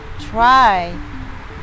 try